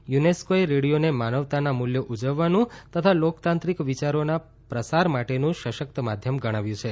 યુનેસ્કોએ રેડિયોને માનવતાના મુલ્યો ઉજવવાનું તથા લોકતાંત્રીક વિયારોના પ્રસાર માટેનું સશકત માધ્યમ ગણાવ્યું છે